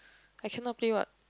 I cannot play what